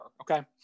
Okay